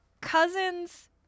cousin's